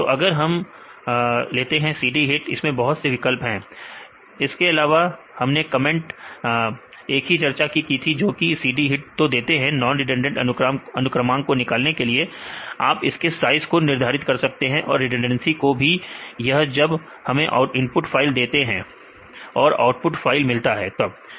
तो अगर हम तो हैं cd hit इसमें बहुत से विकल्प हैं इसके अलावा हमने कमेंट एक ही चर्चा की थी जो कि हम cd hit तो देते हैं नॉन रिडंडेंट अनुक्रमांक को निकालने के लिए आप इसकेसाइज को निर्धारित समय देखें0905 कर सकते हैं और रिडंडेंसी को भी या जब हमें इनपुट फाइल देते हैं समय देखें 0909 और आउटपुट फाइल मिलता है